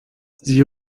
sie